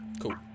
Cool